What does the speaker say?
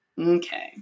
Okay